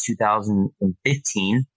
2015